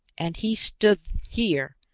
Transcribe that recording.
and he stood here,